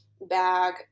bag